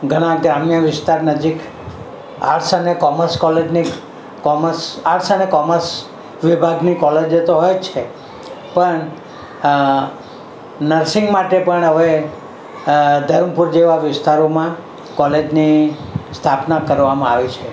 ઘણા ગ્રામ્ય વિસ્તાર નજીક આર્ટ્સ અને કોમર્સ કોલેજની કોમર્સ આર્ટ્સ અને કોમર્સ વિભાગની કોલેજો તો હોય જ છે પણ નર્સીંગ માટે પણ હવે ધરમપુર જેવા વિસ્તારોમાં કોલેજની સ્થાપના કરવામાં આવી છે